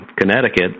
connecticut